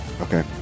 Okay